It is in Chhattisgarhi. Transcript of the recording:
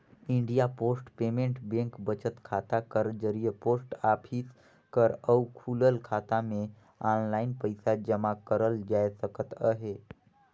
इंडिया पोस्ट पेमेंट बेंक बचत खाता कर जरिए पोस्ट ऑफिस कर अउ खुलल खाता में आनलाईन पइसा जमा करल जाए सकत अहे